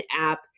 app